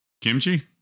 Kimchi